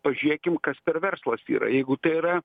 pažiūrėkim kas per verslas yra jeigu tai yra